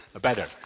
better